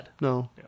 No